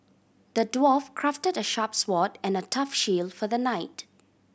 the dwarf crafted a sharp sword and a tough shield for the knight